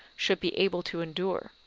should be able to endure.